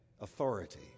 Authority